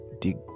dig